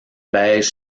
beige